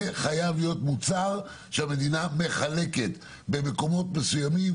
זה חייב להיות מוצר שהמדינה מחלקת במקומות מסוימים,